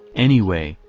anyway,